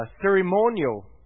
ceremonial